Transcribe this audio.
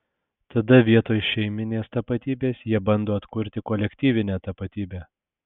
tada vietoj šeiminės tapatybės jie bando atkurti kolektyvinę tapatybę